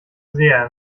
sehr